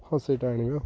ହଁ ସେଇଟା ଆଣିବ